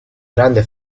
grande